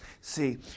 See